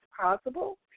possible